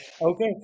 okay